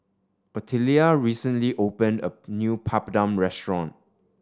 Ottilia recently opened a new Papadum restaurant